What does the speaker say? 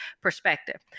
perspective